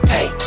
Hey